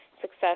success